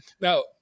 now